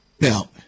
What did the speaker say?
Now